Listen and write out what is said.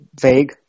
vague